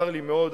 צר לי מאוד,